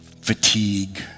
fatigue